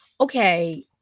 okay